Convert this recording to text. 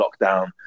lockdown